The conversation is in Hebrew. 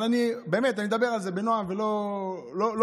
אבל אני מדבר על זה בנועם ולא תוקף.